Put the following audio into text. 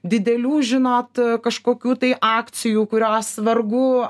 didelių žinot kažkokių tai akcijų kurios vargu